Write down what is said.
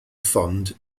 fund